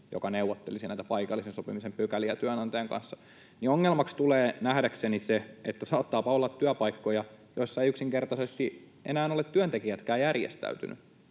joka neuvottelisi näitä paikallisen sopimisen pykäliä työnantajan kanssa, ongelmaksi tulee nähdäkseni se, että saattaapa olla työpaikkoja, joissa eivät yksinkertaisesti enää ole työntekijätkään järjestäytyneet.